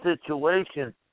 situation